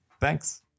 Thanks